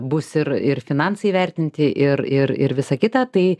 bus ir ir finansai įvertinti ir ir ir visa kita tai